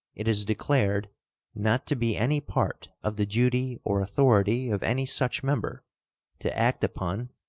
it is declared not to be any part of the duty or authority of any such member to act upon,